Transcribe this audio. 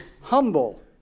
humble